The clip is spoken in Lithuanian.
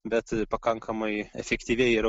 bet pakankamai efektyviai yra